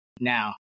now